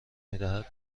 میدهد